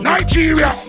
Nigeria